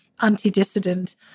anti-dissident